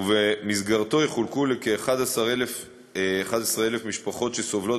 ובמסגרתו יחולקו לכ-11,000 משפחות שסובלות